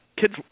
kids